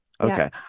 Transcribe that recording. Okay